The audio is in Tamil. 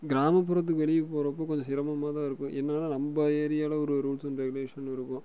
கிராமப்புறத்துக்கு வெளியே போகிறப்போ கொஞ்சம் சிரமமாகதான் இருக்கும் என்னென்னா நம்ம ஏரியாவில் ஒரு ரூல்ஸ் அண்ட் ரெகுலேஷன் இருக்கும்